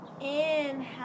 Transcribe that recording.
inhale